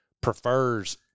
prefers